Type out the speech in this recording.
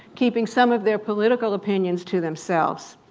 keeping some of their political opinions to themselves.